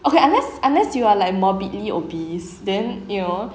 okay unless unless you are like morbidly obese then you